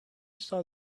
saw